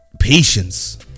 patience